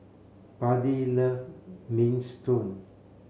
Buddy love Minestrone